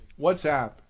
WhatsApp